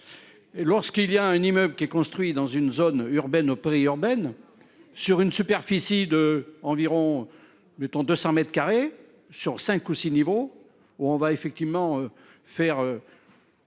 Et lorsqu'il y a un immeuble qui est construit dans une zone urbaine au urbaine sur une superficie de environ mettons 200 m2 sur cinq ou six niveaux où on va effectivement faire.